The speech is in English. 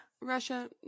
russia